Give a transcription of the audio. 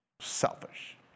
Selfish